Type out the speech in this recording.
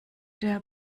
der